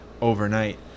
overnight